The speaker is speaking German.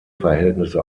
verhältnisse